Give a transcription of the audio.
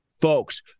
Folks